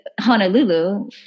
Honolulu